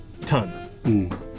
ton